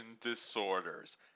Disorders